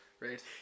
Right